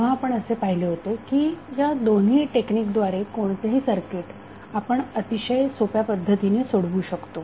तेव्हा आपण असे पाहिले होते की या दोन टेक्निक द्वारे कोणतेही सर्किट आपण अतिशय सोप्या पद्धतीने सोडवू शकतो